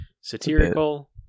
satirical